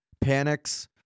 panics